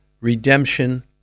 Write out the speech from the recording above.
redemption